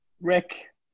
Rick